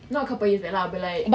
not couple years back lah but like